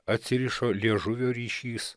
atsirišo liežuvio ryšys